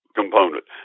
component